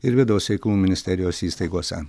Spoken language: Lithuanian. ir vidaus reikalų ministerijos įstaigose